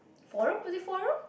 forum was it forum